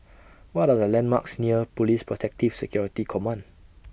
What Are The landmarks near Police Protective Security Command